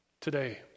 today